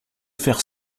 faire